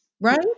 right